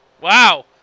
Wow